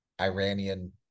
Iranian